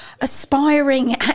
aspiring